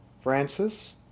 Francis